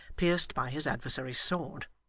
pierced by his adversary's sword.